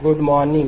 good morning